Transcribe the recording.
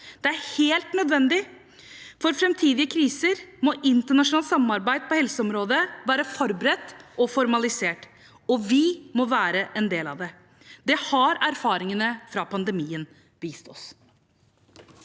Det er helt nødvendig. For framtidige kriser må internasjonalt samarbeid på helseområdet være forberedt og formalisert, og vi må være en del av det. Det har erfaringene fra pandemien vist oss.